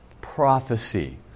Prophecy